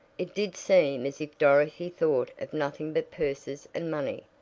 it did seem as if dorothy thought of nothing but purses and money.